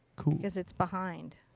cool. because it's behind.